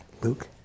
Luke